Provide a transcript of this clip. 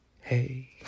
hey